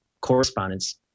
correspondence